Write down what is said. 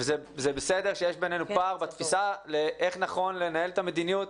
זה בסדר שיש בינינו פער בתפיסה על איך נכון לנהל את המדיניות,